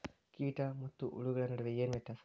ಕೇಟ ಮತ್ತು ಹುಳುಗಳ ನಡುವೆ ಏನ್ ವ್ಯತ್ಯಾಸ?